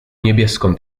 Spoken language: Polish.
niebieską